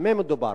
במה מדובר?